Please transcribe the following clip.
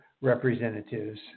representatives